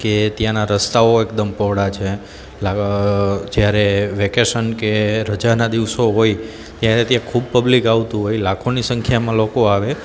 કે ત્યાંનાં રસ્તાઓ એકદમ પહોળા છે જ્યારે વેકેશન કે રજાના દિવસો હોય ત્યારે ત્યાં ખૂબ પબ્લિક આવતું હોય લાખોની સંખ્યામાં લોકો આવે